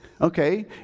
Okay